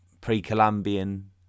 pre-Columbian